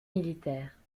militaires